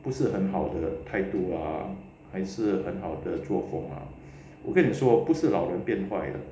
不是很好的态度啊还是很好的作风啊我跟你说不是老人变坏